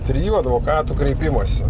trijų advokatų kreipimąsi